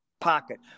pocket